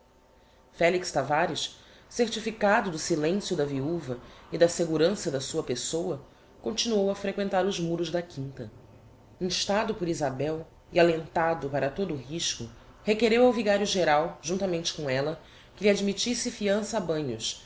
felix tavares certificado do silencio da viuva e da segurança da sua pessoa continuou a frequentar os muros da quinta instado por isabel e alentado para todo o risco requereu ao vigario geral juntamente com ella que lhe admittisse fiança a banhos